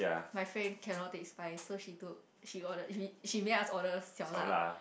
my friend cannot take spice so she took she ordered she made us order